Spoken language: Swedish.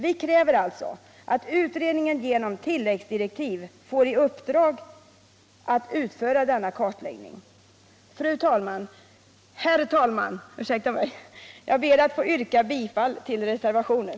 Vi kräver alltså att utredningen genom tilläggsdirektiv får i uppdrag att utföra denna kartläggning. Herr talman! Jag ber att få yrka bifall till reservationen.